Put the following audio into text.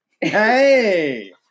Hey